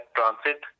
Transit